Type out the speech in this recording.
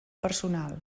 personal